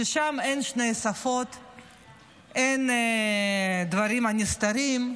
שבהם אין שתי שפות, אין דברים נסתרים,